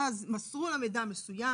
אז מסרו לה מידע מסוים,